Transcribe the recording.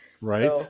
Right